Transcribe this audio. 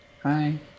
hi